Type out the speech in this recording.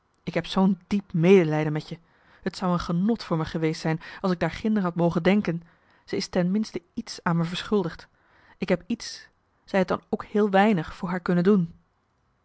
ik heb zoo'n diep medelijden met je het zou een genot voor me geweest zijn als ik daar ginder had mogen denken ze is ten minste iets aan me verschuldigd ik heb iets zij t dan ook heel weinig voor haar kunnen doen